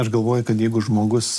aš galvoju kad jeigu žmogus